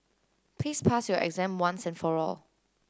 please pass your exam once and for all